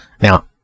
now